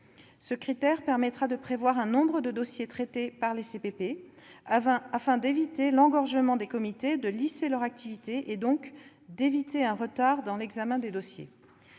Ce critère permettra de prévoir un nombre de dossiers traités par les CPP, afin d'éviter l'engorgement des comités, de lisser leur activité et donc d'éviter un retard dans l'examen des dossiers.